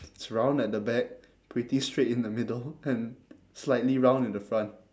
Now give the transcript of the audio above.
it's round at the back pretty straight in the middle and slightly round in the front